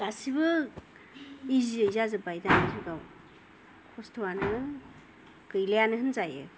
गासिबो इजियै जाजोब्बाय दानि जुगाव खस्थ'वानो गेलियानो होनजायो